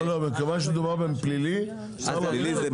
לא, מכיוון שמדובר בפלילי, צריך להבין עד הסוף.